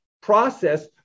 process